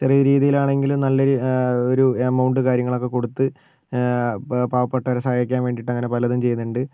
ചെറിയ രീതിയിലാണെങ്കിലും നല്ലൊരു എമൗണ്ട് കാര്യങ്ങളൊക്കെ കൊടുത്ത് പാവപ്പെട്ടവരെ സഹായിക്കാൻ വേണ്ടിയിട്ട് അങ്ങനെ പലതും ചെയ്യുന്നുണ്ട്